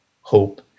hope